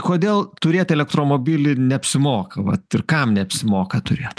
kodėl turėt elektromobilį neapsimoka vat ir kam neapsimoka turėt